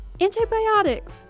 Antibiotics